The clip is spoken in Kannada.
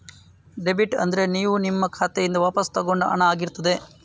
ಡೆಬಿಟ್ ಅಂದ್ರೆ ನೀವು ನಿಮ್ಮ ಖಾತೆಯಿಂದ ವಾಪಸ್ಸು ತಗೊಂಡ ಹಣ ಆಗಿರ್ತದೆ